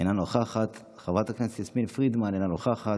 אינה נוכחת, חברת הכנסת יסמין פרידמן, אינה נוכחת,